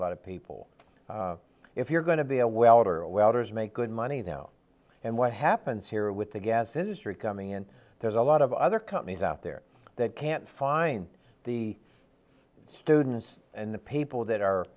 lot of people if you're going to be a welder or welders make good money now and what happens here with the gas industry coming in there's a lot of other companies out there that can't find the students and the people that are